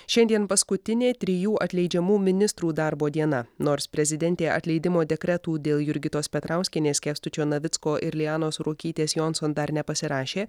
šiandien paskutinė trijų atleidžiamų ministrų darbo diena nors prezidentė atleidimo dekretų dėl jurgitos petrauskienės kęstučio navicko ir lianos ruokytės jonson dar nepasirašė